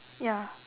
ya